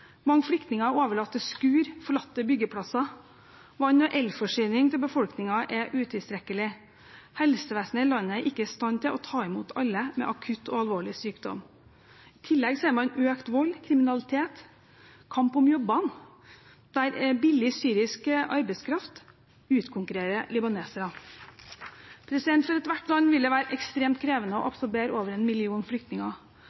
mange flyktninger er overlatt til skur og forlatte byggeplasser, vann- og elforsyningen til befolkningen er utilstrekkelig, helsevesenet i landet er ikke i stand til å ta imot alle med akutt og alvorlig sykdom, og i tillegg ser man økt vold, kriminalitet og kamp om jobbene der billig syrisk arbeidskraft utkonkurrerer libanesere. For ethvert land vil det være ekstremt krevende å